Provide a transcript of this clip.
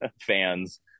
fans